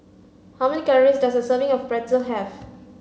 how many calories does a serving of Pretzel have